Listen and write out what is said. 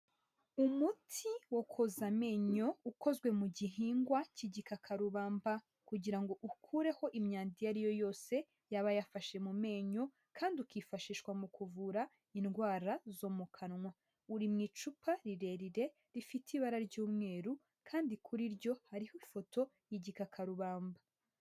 Umuti wo koza amenyo ukozwe mu gihingwa cy'igikakarubamba, kugira ngo ukureho imyanda iyo ari yo yose yaba yafashe mu menyo, kandi ukifashishwa mu kuvura indwara zo mu kanwa, uri mu icupa rirerire rifite ibara ry'umweru, kandi kuri ryo hariho ifoto y'igikakarubamba.